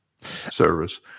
service